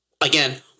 again